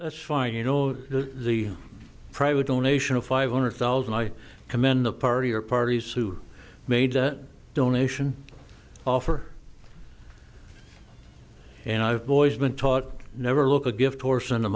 et's fire you know the private donation of five hundred thousand i commend the party or parties who made that donation offer and i've voiced been taught never look a gift horse in the